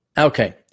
Okay